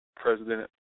President